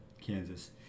Kansas